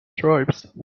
tribes